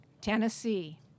Tennessee